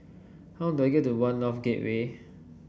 how do I get to One North Gateway